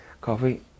coffee